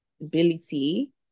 ability